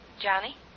Johnny